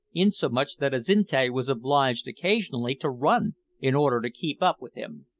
insomuch that azinte was obliged occasionally to run in order to keep up with him.